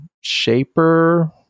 Shaper